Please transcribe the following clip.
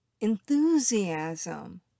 enthusiasm